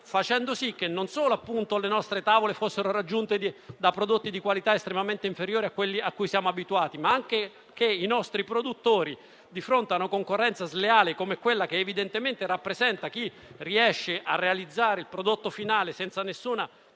facendo sì che le nostre tavole fossero raggiunte da prodotti di qualità estremamente inferiore a quella a cui siamo abituati. Inoltre, i nostri produttori si potevano trovare di fronte a una concorrenza sleale come quella che evidentemente rappresenta chi riesce a realizzare il prodotto finale senza nessuna